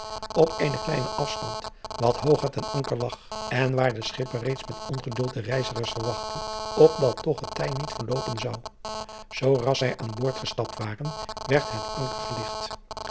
op eenen klienen afstand wat hoger ten anker lag en waar de schipper reeds met ongeduld de reizigers verwachtte opdat toch het tij niet verloopen zou zoo ras zij aan boord gestapt waren werdt het anker geligt